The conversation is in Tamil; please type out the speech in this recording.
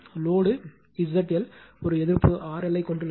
லோடு ZL ஒரு எதிர்ப்பு RL ஐக் கொண்டுள்ளது